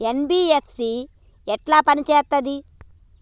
NBFC ఎట్ల పని చేత్తది?